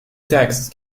text